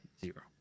Zero